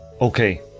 Okay